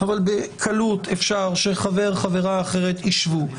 אבל בקלות אפשר שחבר, חברה אחרת, ישבו.